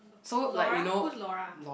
Laura who's Laura